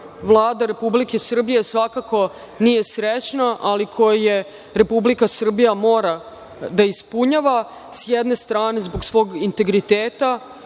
Vlada Republike Srbije svakako nije srećna, ali koje Republika Srbija mora da ispunjava, s jedne strane zbog svog integriteta